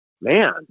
man